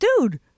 dude